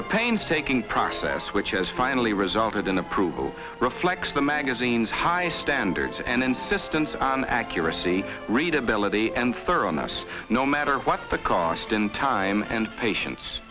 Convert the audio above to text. the painstaking process which has finally resulted in approval reflects the magazine's high standards and insistence on accuracy readability and thoroughness no matter what the cost in time and patience